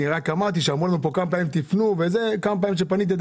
כאן אמרו לנו כמה פעמים שנפנה ובכל הפעמים שפניתי,